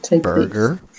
Burger